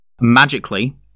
magically